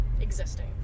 existing